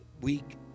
week